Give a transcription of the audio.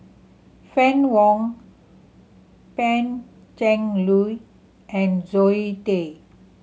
Fann Wong Pan Cheng Lui and Zoe Tay